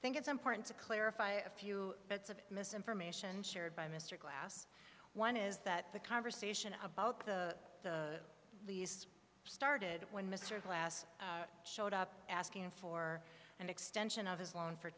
think it's important to clarify a few bits of misinformation shared by mr glass one is that the conversation about the lease started when mr glass showed up asking for an extension of his loan for